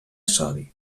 sodi